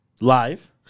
Live